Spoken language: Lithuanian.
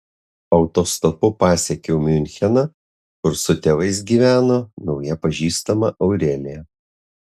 autostopu pasiekiau miuncheną kur su tėvais gyveno nauja pažįstama aurelija